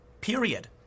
Period